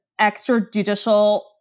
extrajudicial